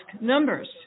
numbers